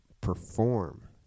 perform